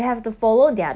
mmhmm